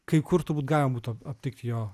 kai kur turbūt galima būtų aptikti jo